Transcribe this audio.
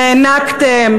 והענקתם,